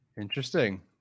Interesting